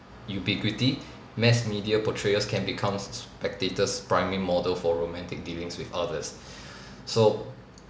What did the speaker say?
ubiquity mass media portrayals can become sp~ spectators priming model for romantic dealings with others so